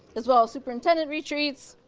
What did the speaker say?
as well as superintendent retreats.